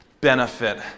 benefit